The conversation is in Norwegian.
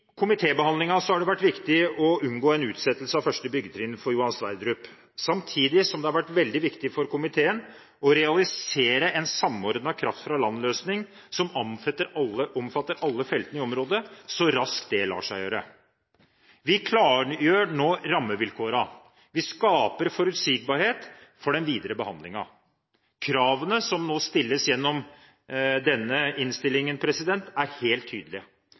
har det vært viktig å unngå en utsettelse av første byggetrinn for Johan Sverdrup, samtidig som det har vært veldig viktig for komiteen å realisere en samordnet kraft fra land-løsning som omfatter alle feltene i området, så raskt det lar seg gjøre. Vi klargjør nå rammevilkårene, og vi skaper forutsigbarhet for den videre behandlingen. Kravene som nå stilles gjennom denne innstillingen, er helt